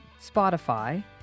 Spotify